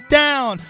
down